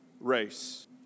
race